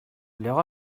leur